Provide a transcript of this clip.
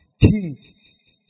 Kings